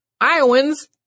Iowans